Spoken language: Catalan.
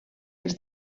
els